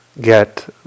get